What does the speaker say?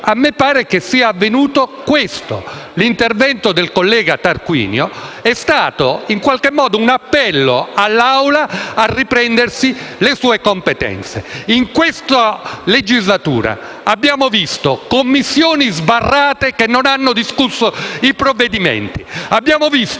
mi pare sia avvenuto questo. L'intervento del collega Tarquinio è stato in qualche modo un appello all'Assemblea a riprendersi le sue competenze. In questa legislatura abbiamo visto Commissioni sbarrate che non hanno discusso i provvedimenti; abbiamo assistito